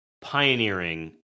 pioneering